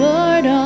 Lord